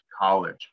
College